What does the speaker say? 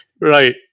Right